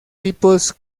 tipos